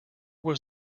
was